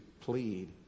plead